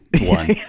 one